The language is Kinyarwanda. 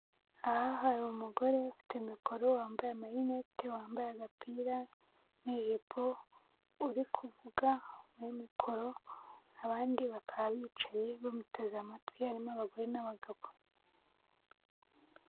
Aha hari umugore ufite mikoro wambaye amarinete wambaye agapira n'ijipo, uri kuvuga na mikoro abandi bakaba bicaye bamuteze amatwi harimo abagore n'abagabo.